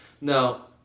Now